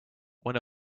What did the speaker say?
when